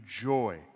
joy